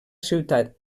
ciutat